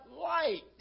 light